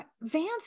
vance